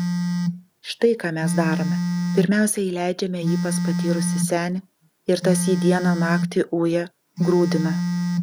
štai ką mes darome pirmiausia įleidžiame jį pas patyrusį senį ir tas jį dieną naktį uja grūdina